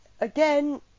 Again